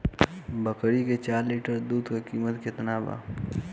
बकरी के चार लीटर दुध के किमत केतना बा?